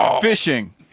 fishing